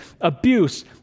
abuse